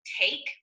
take